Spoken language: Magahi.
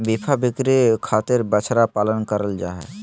बीफ बिक्री खातिर बछड़ा पालन करल जा हय